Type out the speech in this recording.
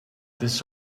this